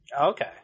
Okay